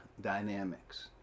dynamics